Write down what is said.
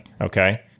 Okay